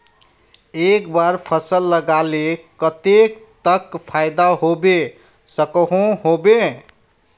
एक बार फसल लगाले कतेक तक फायदा होबे सकोहो होबे?